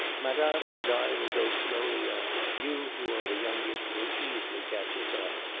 madame and i will go slowly on you, who are the youngest, will easily catch us up.